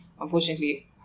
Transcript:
unfortunately